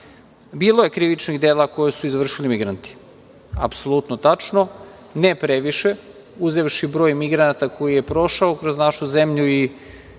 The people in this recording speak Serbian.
je krivičnih dela koja su izvršili migranti. Apsolutno tačno. Ne previše, uzevši broj migranata koji je prošao kroz našu zemlju i